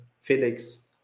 felix